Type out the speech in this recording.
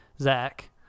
Zach